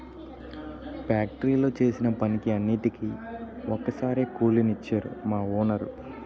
ఫ్యాక్టరీలో చేసిన పనికి అన్నిటికీ ఒక్కసారే కూలి నిచ్చేరు మా వోనరు